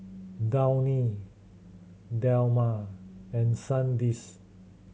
Downy Dilmah and Sandisk